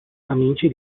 amici